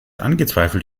angezweifelt